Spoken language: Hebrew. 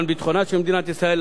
למען ביטחונה של מדינת ישראל.